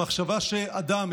העובדה שאדם,